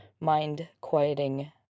mind-quieting